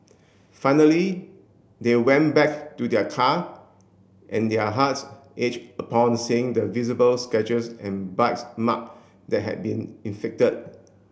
finally they went back to their car and their hearts upon seeing the visible scratches and bites mark that had been inflicted